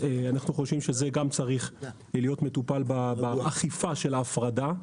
אנחנו חושבים שזה גם צריך להיות מטופל באכיפה של ההפרדה.